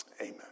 Amen